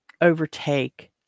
overtake